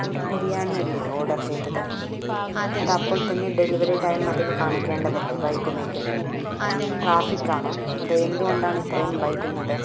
ഒരു ബിരിയാണിയല്ലേ ഓർഡർ ചെയ്തത് അത് അപ്പോൾത്തന്നെ ഡെലിവറി ടൈം അതിൽ കാണിക്കേണ്ടതല്ലേ വൈകുമെങ്കിൽ ട്രാഫിക്കാണോ അതോ എന്തുകൊണ്ടാണ് ഇത്രയും വൈകുന്നത്